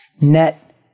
net